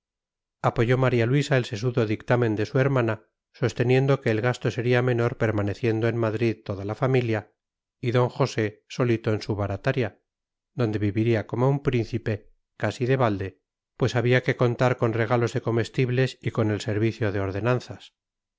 apoyó maría luisa el sesudo dictamen de su hermana sosteniendo que el gasto sería menor permaneciendo en madrid toda la familia y d josé solito en su barataria donde viviría como un príncipe casi de balde pues había que contar con regalos de comestibles y con el servicio de ordenanzas